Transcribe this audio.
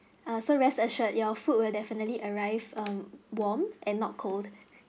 err so rest assured your food will definitely arrived um warm and not cold